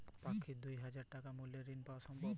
পাক্ষিক দুই হাজার টাকা মূল্যের ঋণ পাওয়া সম্ভব?